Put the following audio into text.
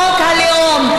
חוק הלאום,